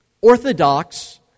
orthodox